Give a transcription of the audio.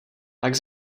tak